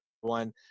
one